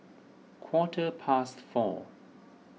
quarter past four